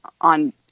on